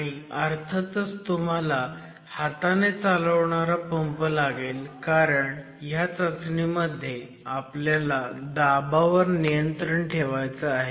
आणि अर्थातच तुम्हाला हाताने चालवणारा पंप लागेल कारण ह्या चाचणी मध्ये आपल्याला दाबावर नियंत्रण ठेवायचं आहे